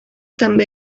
també